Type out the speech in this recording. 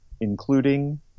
including